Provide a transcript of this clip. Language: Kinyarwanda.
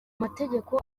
amategeko